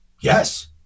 yes